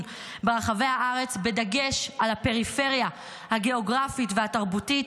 ברחבי הארץ בדגש על הפריפריה הגיאוגרפית והתרבותית,